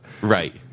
Right